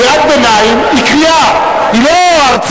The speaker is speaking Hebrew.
קריאת ביניים היא קריאה, היא לא הרצאות.